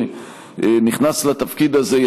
שנכנס לתפקיד הזה,